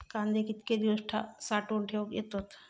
कांदे कितके दिवस साठऊन ठेवक येतत?